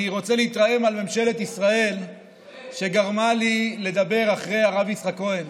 אני רוצה להתרעם על ממשלת ישראל שגרמה לי לדבר אחרי הרב יצחק כהן.